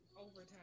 overtime